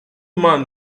man